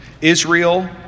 Israel